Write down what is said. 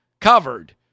covered